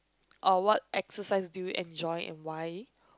or what exercise do you enjoy and why